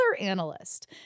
analyst